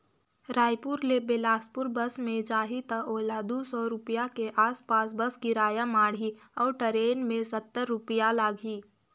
रायपुर ले बेलासपुर बस मे जाही त ओला दू सौ रूपिया के आस पास बस किराया माढ़ही अऊ टरेन मे सत्तर रूपिया लागही